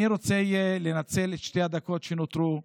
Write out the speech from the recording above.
אני רוצה לנצל את שתי הדקות שנותרו.